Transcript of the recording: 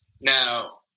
Now